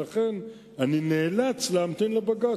לכן אני נאלץ להמתין לבג"ץ.